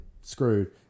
screwed